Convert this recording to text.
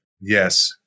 Yes